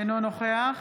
אינו נוכח